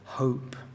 hope